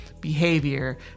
behavior